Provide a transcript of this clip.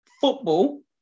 football